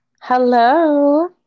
Hello